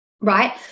right